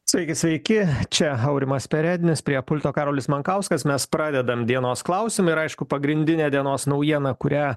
sveiki sveiki čia aurimas perednis prie pulto karolis monkauskas mes pradedam dienos klausim ir aišku pagrindinė dienos naujiena kurią